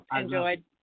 enjoyed